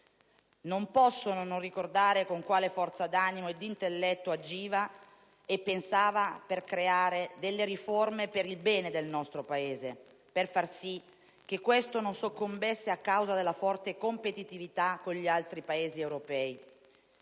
Non possono non ricordare con quale forza d'animo e d'intelletto agiva e pensava per creare delle riforme per il bene del nostro Paese, per far sì che questo non soccombesse a causa della forte competitività con gli altri Paesi europei.